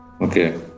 Okay